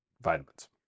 vitamins